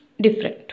different